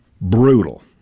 brutal